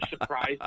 surprised